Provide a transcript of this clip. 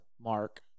Mark